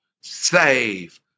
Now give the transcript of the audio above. save